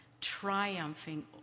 triumphing